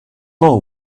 know